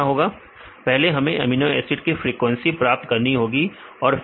विद्यार्थी पहले हमें अमीनो एसिड की फ्रीक्वेंसी प्राप्त करनी होगी और फिर